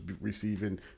receiving